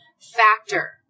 factor